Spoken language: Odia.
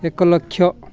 ଏକ ଲକ୍ଷ